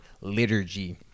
liturgy